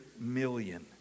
million